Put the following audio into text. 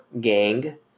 gang